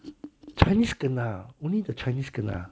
chinese kena only the chinese kena